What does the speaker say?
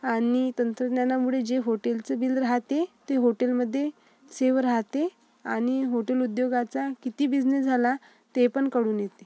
आणि तंत्रज्ञानामुळे जे हॉटेलचे बिल राहते ते हॉटेलमध्ये सेव्ह राहते आणि हॉटेल उद्योगाचा किती बिजनेस झाला ते पण कळून येते